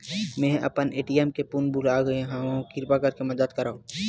मेंहा अपन ए.टी.एम के पिन भुला गए हव, किरपा करके मदद करव